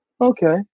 okay